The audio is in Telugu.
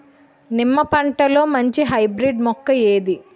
నిమ్మ పంటలో మంచి హైబ్రిడ్ మొక్క ఏది?